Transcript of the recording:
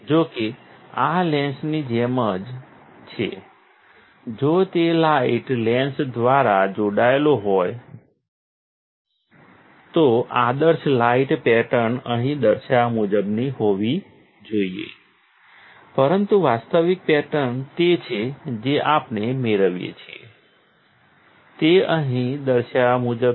જો કે આ લેન્સની જેમ જ છે જો તે લાઇટ લેન્સ દ્વારા જોડાયેલો હોય તો આદર્શ લાઇટ પેટર્ન અહીં દર્શાવ્યા મુજબની હોવી જોઈએ પરંતુ વાસ્તવિક પેટર્ન તે છે જે આપણે મેળવીએ છીએ તે અહીં દર્શાવ્યા મુજબ છે